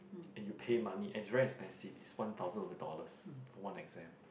and you pay money and it's very expensive it's one thousand over dollars for one exam